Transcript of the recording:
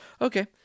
Okay